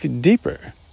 deeper